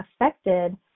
affected